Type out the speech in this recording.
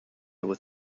with